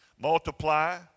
multiply